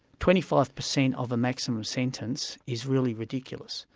twenty-five per cent of a maximum sentence is really ridiculous,